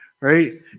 Right